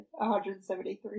173